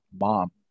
Mom